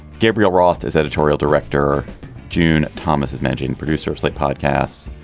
gabriel roth is editorial director june. thomas is managing producer of slate podcasts.